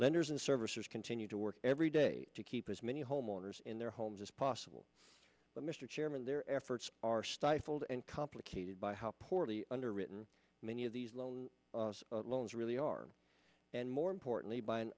lenders and servicers continue to work every day to keep as many homeowners in their homes as possible but mr chairman their efforts are stifled and complicated by how poorly underwritten many of these loan loans really are and more importantly by